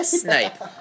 snipe